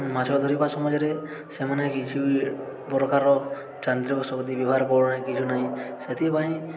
ମାଛ ଧରିବା ସମାଜରେ ସେମାନେ କିଛି ବି ପ୍ରକାର ଯାନ୍ତ୍ରିକଶକ୍ତି ବ୍ୟବହାର କରୁନାହିଁ କିଛୁ ନାହିଁ ସେଥିପାଇଁ